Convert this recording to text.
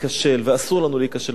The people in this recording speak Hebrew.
אסור לנו להיכשל בדבר הזה.